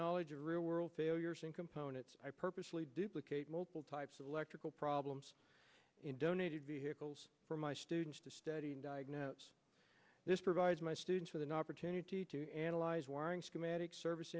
knowledge of real world failures and components i purposely duplicate multiple types of electrical problems in donated vehicles for my students to study to diagnose this provides my students with an opportunity to analyze